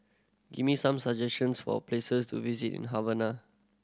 give me some suggestions for places to visit in Havana